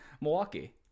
milwaukee